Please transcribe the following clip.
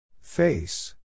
face